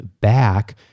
back